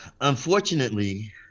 Unfortunately